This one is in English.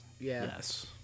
Yes